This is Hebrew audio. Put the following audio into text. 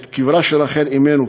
את קברה של רחל אמנו,